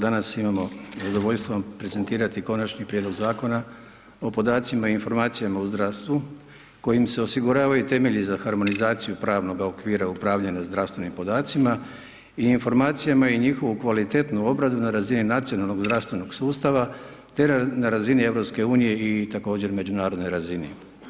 Danas imamo zadovoljstvo vam prezentirati Konačni prijedlog Zakona o podacima i informacijama u zdravstvu, koji se osiguravaju temelji za harmonizaciju pravnoga okvira upravljanja zdravstvenim podacima i informacijama i njihovu kvalitetnu obradu na razini nacionalnog zdravstvenog sustava, te na razini EU i također međunarodnoj razini.